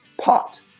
pot